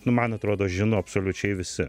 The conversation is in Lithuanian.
nu man atrodo žino absoliučiai visi